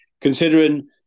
Considering